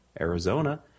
Arizona